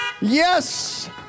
Yes